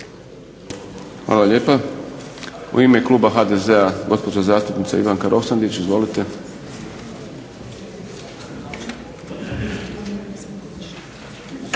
Hvala lijepa. U ime kluba HDZ-a gospođa zastupnica Ivanka Roksandić, izvolite.